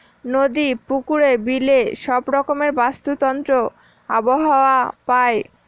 নদী, পুকুরে, বিলে সব রকমের বাস্তুতন্ত্র আবহাওয়া পায়